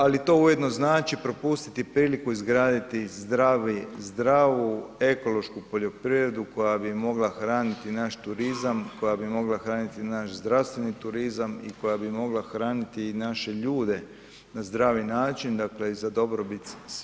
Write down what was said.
Ali to ujedno znači propustiti priliku izgraditi zdravu ekološku poljoprivredu koja bi mogla hraniti naš turizam, koja bi mogla hraniti naš zdravstveni turizam i koja bi mogla hraniti i naše ljude na zdravi način dakle i za dobrobit sviju.